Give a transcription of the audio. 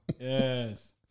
Yes